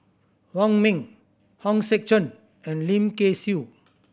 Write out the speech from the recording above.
Wong Ming Hong Sek Chern and Lim Kay Siu